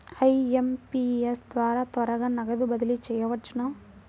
IMPS ద్వారా త్వరగా నగదు బదిలీ చేయవచ్చునా?